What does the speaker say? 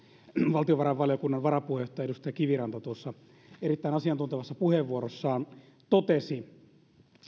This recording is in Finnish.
valtiovarainvaliokunnan varapuheenjohtaja edustaja kiviranta tuossa erittäin asiantuntevassa puheenvuorossaan totesi